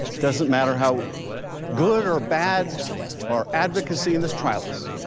doesn't matter how good or bad our advocacy in this trial is.